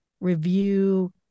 review